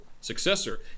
successor